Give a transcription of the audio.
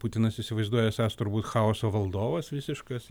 putinas įsivaizduoja esąs turbūt chaoso valdovas visiškas